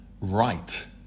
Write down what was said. right